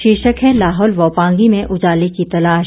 शीर्षक है लाहौल व पांगी में उजाले की तलाश